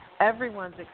everyone's